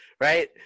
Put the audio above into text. right